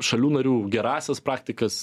šalių narių gerąsias praktikas